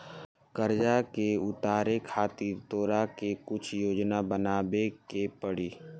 कर्जा के उतारे खातिर तोरा के कुछ योजना बनाबे के पड़ी